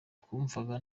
twumvaga